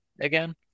again